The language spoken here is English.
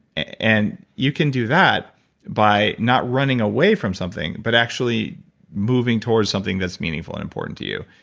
and you can do that by not running away from something, but actually moving towards something that's meaningful and important to you.